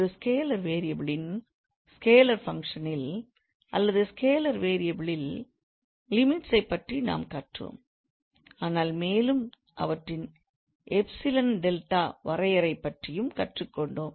ஒரு scalar variable ன் scalar function ல் அல்லது ஸ்கேலர் வேரியபிள் இல் லிமிட்ஸ் ஐப் பற்றி நாம் கற்றோம் ஆனால் மேலும் அவற்றின் எப்சிலன் டெல்டா வரையறையைப் பற்றியும் கற்றுக்கொண்டோம்